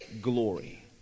glory